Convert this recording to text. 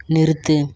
நிறுத்து